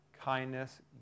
kindness